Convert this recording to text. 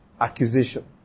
accusation